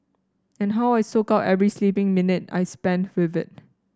and how I soak up every sleeping minute I spend with it